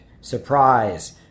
surprise